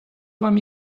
вам